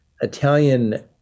Italian